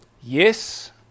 Yes